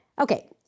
Okay